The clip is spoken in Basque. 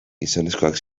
gizonezkoak